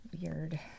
Weird